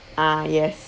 ah yes